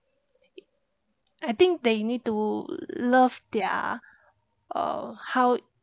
I think they need to love their uh how